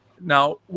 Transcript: Now